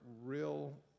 real